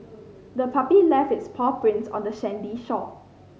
the puppy left its paw prints on the sandy shore